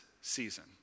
season